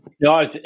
No